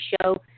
Show